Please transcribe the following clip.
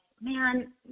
man